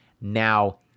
Now